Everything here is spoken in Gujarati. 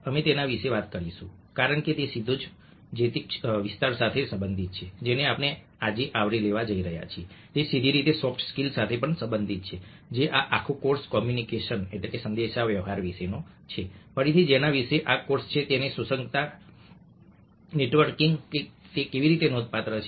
અમે તેના વિશે વાત કરીશું કારણ કે તે સીધો જ તે વિસ્તાર સાથે સંબંધિત છે જેને આપણે આજે આવરી લેવા જઈ રહ્યા છીએ તે સીધી રીતે સોફ્ટ સ્કિલ સાથે પણ સંબંધિત છે જે આ આખો કોર્સ કોમ્યુનિકેશનસંદેશા વ્યવહાર વિશે છે ફરીથી જેના વિશે આ કોર્સ છે તેની સુસંગતતા નેટવર્કિંગ તે કેવી રીતે નોંધપાત્ર છે